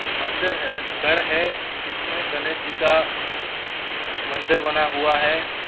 मंदिर है गढ़ है जिसमें गणेश जी का मंदिर बना हुआ है